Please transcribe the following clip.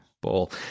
ball